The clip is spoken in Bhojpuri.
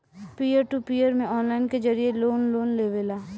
पियर टू पियर में ऑनलाइन के जरिए लोग लोन लेवेला